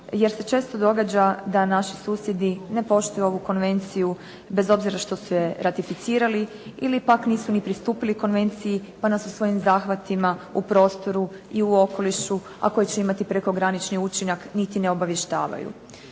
jer se često događa da naši susjedi ne poštuju ovu konvenciju bez obzira što su je ratificirali ili pak nisu ni pristupili konvenciji pa nas u svojim zahvatima u prostoru i u okolišu, a koje će imati prekogranični učinak niti ne obavještavaju.